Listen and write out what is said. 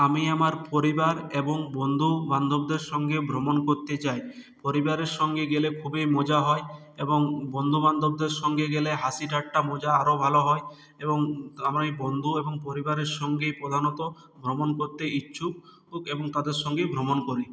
আমি আমার পরিবার এবং বন্ধুবান্ধবদের সঙ্গে ভ্রমণ করতে যাই পরিবারের সঙ্গে গেলে খুবই মজা হয় এবং বন্ধুবান্ধবদের সঙ্গে গেলে হাসি ঠাট্টা মজা আরো ভালো হয় এবং আমি বন্ধু এবং পরিবার সঙ্গে প্রধানত ভ্রমণ করতে ইচ্ছুক এবং তাদের সঙ্গে ভ্রমণ করি